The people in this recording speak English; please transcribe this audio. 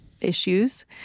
issues